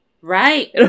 Right